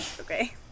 okay